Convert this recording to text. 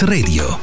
Radio